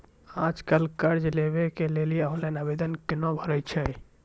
आज कल कर्ज लेवाक लेल ऑनलाइन आवेदन कूना भरै छै?